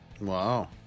Wow